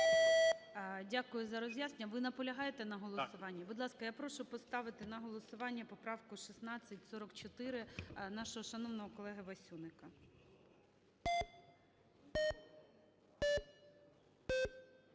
Дякую за роз'яснення. Ви наполягаєте на голосуванні? Будь ласка, я прошу поставити на голосування поправку 1644 нашого шановного колеги Васюника.